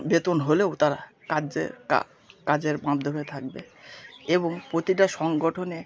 বেতন হলেও তারা কার্যে তা কাজের মাধ্যমে থাকবে এবং প্রতিটা সংগঠনে